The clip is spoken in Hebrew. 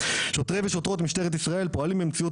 שוטרי ושוטרות משטרת ישראל פועלים במציאות